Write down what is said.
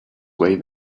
way